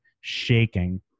shaking